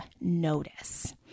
notice